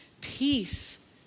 peace